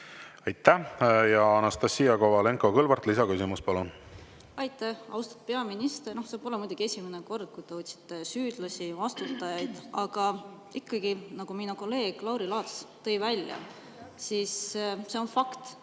Aitäh! Anastassia Kovalenko-Kõlvart, lisaküsimus, palun! Aitäh! Austatud peaminister! See pole muidugi esimene kord, kui te otsite süüdlasi ja vastutajaid. Aga ikkagi, nagu minu kolleeg Lauri Laats välja tõi, see on fakt,